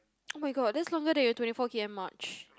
[oh]-my-god that's longer than your twenty four K_M march